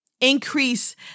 increase